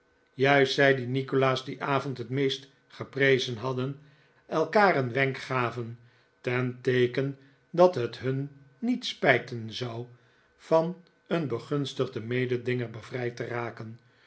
juist zij die nikolaas dien avond het meest geprezen hadden elkaar een wenk gaven ten teeken dat het hun niet spijten zou van een begunstigden mededinger bevrijd te raken